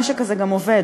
הנשק הזה גם עובד,